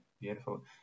Beautiful